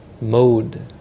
mode